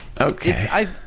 Okay